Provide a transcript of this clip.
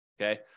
Okay